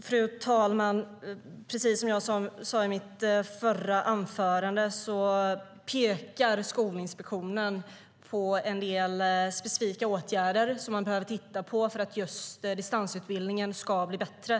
Fru talman! Som jag sa i mitt förra inlägg pekar Skolinspektionen på en del specifika åtgärder som man behöver titta på för att just distansutbildningen ska bli bättre.